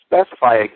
specify